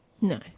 No